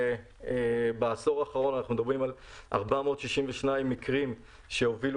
בעשור האחרון אנחנו מדברים על 462 מקרים שהובילו